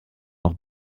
auch